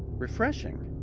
refreshing?